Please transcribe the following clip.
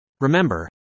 Remember